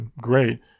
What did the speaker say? great